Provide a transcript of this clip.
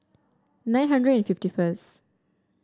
nine hundred and fifty first